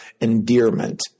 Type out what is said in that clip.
endearment